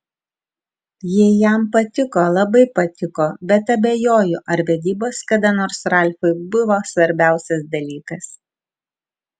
ji jam patiko labai patiko bet abejoju ar vedybos kada nors ralfui buvo svarbiausias dalykas